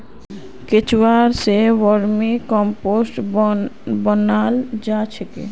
केंचुआ स vermicompost बनाल जा छेक